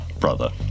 brother